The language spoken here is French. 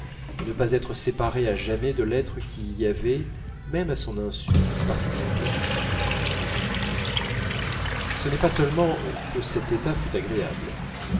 de ne pas être séparé à jamais de l'être qui y avait même à son insu participé ce n'est pas seulement que cet état fût agréable